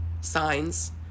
signs